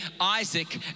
Isaac